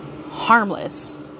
harmless